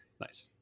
Nice